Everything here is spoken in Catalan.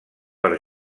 per